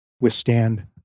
withstand